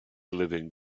living